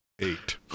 Eight